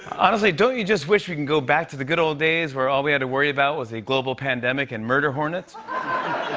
honestly, don't you just wish we could go back to the good old days, where all we had to worry about was a global pandemic and murder hornets?